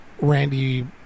Randy